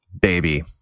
baby